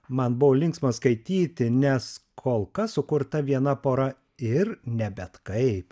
man buvo linksma skaityti nes kol kas sukurta viena pora ir ne bet kaip